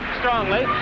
strongly